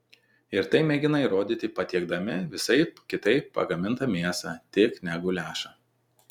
ir tai mėgina įrodyti patiekdami visaip kitaip pagamintą mėsą tik ne guliašą